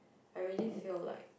I really feel like